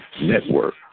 Network